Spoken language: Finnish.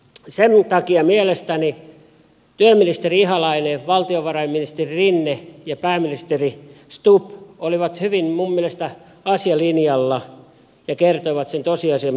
sen takia mielestäni työministeri ihalainen valtiovarainministeri rinne ja pääministeri stubb olivat hyvin asialinjalla ja kertoivat sen tosiasian missä ollaan